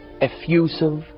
effusive